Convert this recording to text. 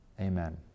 Amen